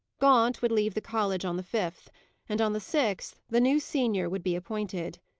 gaunt would leave the college on the fifth and on the sixth the new senior would be appointed.